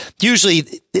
usually